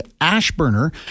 Ashburner